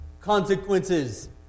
consequences